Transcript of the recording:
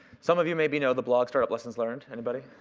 some of you maybe know the blog, startup lessons learned. anybody?